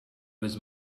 was